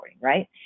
right